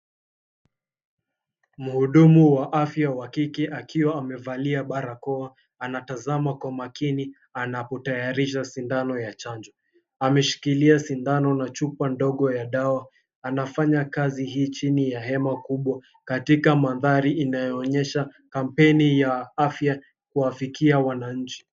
Muhudumu wa afya wa kike, akiwa amevalia barakoa, anatazama kwa makini anapotayarisha sindano ya chanjo. Ameshikilia sindano na chupa ndogo ya dawa. Anafanya kazi hii chini ya hema kubwa katika mandhari inayoonyesha kampeni ya afya kuwafikia wananchi.